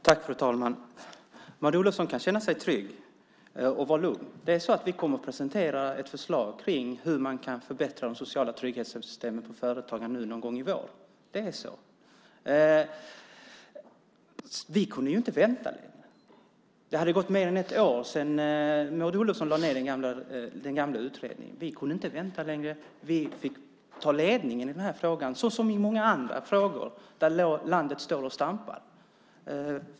Fru talman! Maud Olofsson kan känna sig trygg och vara lugn. Vi kommer någon gång i vår att presentera ett förslag om hur man kan förbättra de sociala trygghetssystemen för företagarna. Det är så. Vi kunde inte vänta längre. Det hade gått mer än ett år sedan Maud Olofsson lade ned den gamla utredningen. Vi kunde inte vänta längre. Vi fick ta ledningen i denna fråga såsom i många andra frågor där landet står och stampar.